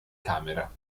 camera